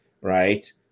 right